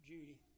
Judy